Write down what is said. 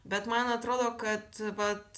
bet man atrodo kad vat